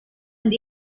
and